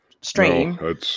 stream